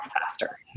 faster